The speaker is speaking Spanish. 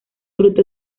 fruto